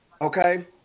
okay